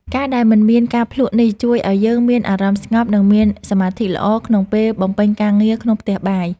ការដែលមិនមានការភ្លក្សនេះជួយឱ្យយើងមានអារម្មណ៍ស្ងប់ និងមានសមាធិល្អក្នុងពេលបំពេញការងារក្នុងផ្ទះបាយ។